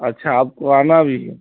اچھا آپ کو آنا بھی ہے